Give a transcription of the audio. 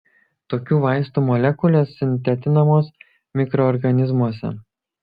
tokių vaistų molekulės sintetinamos mikroorganizmuose